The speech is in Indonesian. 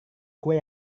kue